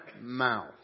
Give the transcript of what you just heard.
mouth